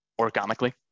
organically